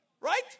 Right